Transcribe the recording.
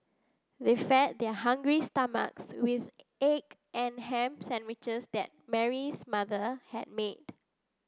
they fed their hungry stomachs with egg and ham sandwiches that Mary's mother had made